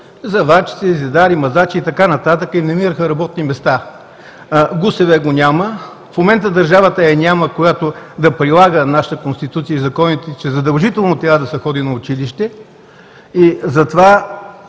заварчици, зидари, мазачи и така нататък, и намираха работни места. ГУСВ го няма, в момента държавата я няма да прилага нашата Конституция и законите, че задължително трябва да се ходи на училище, и затова